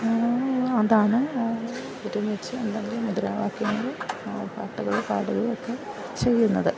അതാണ് ഒരുമിച്ച് എന്തെങ്കിലും മുദ്രാ വാക്യങ്ങൾ പാട്ടുൾ പാടുകയും ഒക്കെ ചെയ്യുന്നത്